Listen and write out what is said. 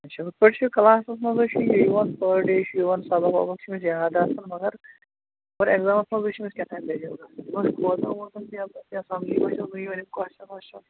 اَچھا ہُتھٕ پٲٹھۍ چھُ کلاسَس منٛز حظ چھُ یہِ یِوان پٔر ڈے چھُ یِوان سَبق وَبق چھُ أمِس یاد آسان مگر خبر ایٚگزامَس منٛزٕے چھُ أمِس کیٛاہتانۍ دٔلیٖل گژھان یِم چھا کھوژان ووژان کیٚنٛہہ تہٕ کیٚنٛہہ سَمجھے چھِس نہٕ یِوان یِم کۄسچن وۄسچن